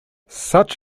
such